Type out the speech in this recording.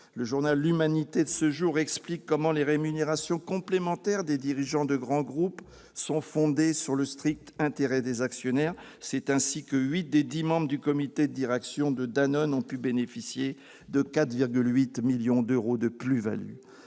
Le journal 'de ce jour explique comment les rémunérations complémentaires des dirigeants des grands groupes sont fondées sur le strict intérêt des actionnaires. C'est ainsi que huit des dix membres du comité de direction de Danone ont pu bénéficier de 4,8 millions d'euros de plus-values.